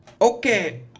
Okay